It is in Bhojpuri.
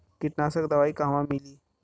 कीटनाशक दवाई कहवा मिली?